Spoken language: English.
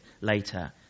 later